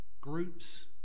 groups